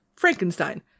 frankenstein